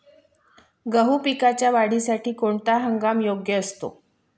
गहू पिकाच्या वाढीसाठी कोणता हंगाम योग्य असतो?